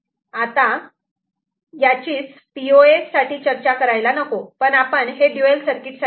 आता याचीच P O S साठी चर्चा करायला नको पण आपण हे ड्युवेल सर्किट साठी पाहू